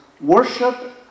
worship